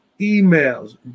emails